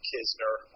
Kisner